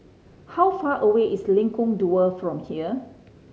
how far away is Lengkong Dua from here